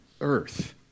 earth